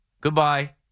Goodbye